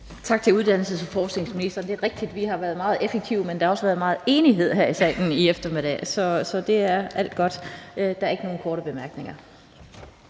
Tak til uddannelses- og forskningsministeren. Det er rigtigt, at vi har været meget effektive, men der har også været stor enighed her i salen i eftermiddag, så det er alt sammen godt. Der er ikke nogen korte bemærkninger.